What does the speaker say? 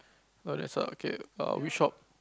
oh let's all okay which shop